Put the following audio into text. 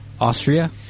Austria